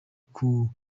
kuramya